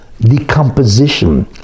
decomposition